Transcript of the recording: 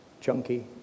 chunky